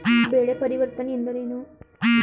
ಬೆಳೆ ಪರಿವರ್ತನೆ ಎಂದರೇನು?